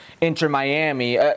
Inter-Miami